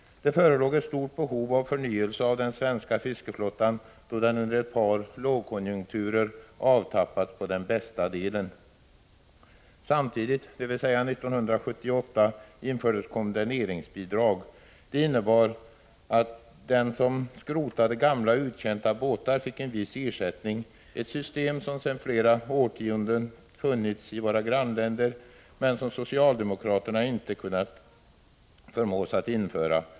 Det förelåg ett stort behov av förnyelse av den svenska fiskeflottan, då den under ett par lågkonjunkturer avtappats på den bästa delen. Samtidigt, dvs. 1978, infördes kondemneringsbidrag. Det innebar att den som skrotade gamla uttjänta båtar fick en viss ersättning, ett system som sedan flera årtionden tillbaka funnits i våra grannländer men som socialdemokraterna inte kunnat förmås att införa.